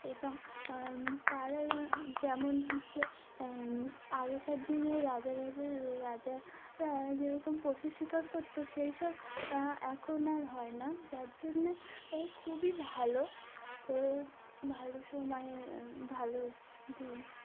এবং তারা যেমন হচ্ছে আগেকার দিনে রাজারাজা রাজারা যেরকম পশুর শিকার করতো সেই সব এখন আর হয় না যার জন্যে খুবই ভালো ভালো সময়ে ভালো দিন